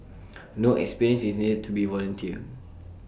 no experience is needed to volunteer